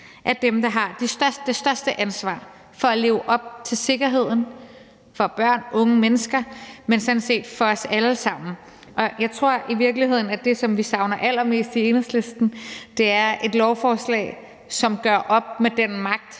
er dem, der har det største ansvar for at leve op til sikkerheden for børn og unge mennesker – og sådan set for os alle sammen. Jeg tror i virkeligheden, at det, som vi i Enhedslisten savner allermest, er et lovforslag, som gør op med den magt,